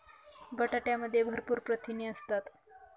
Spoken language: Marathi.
बटाट्यामध्ये भरपूर प्रथिने असतात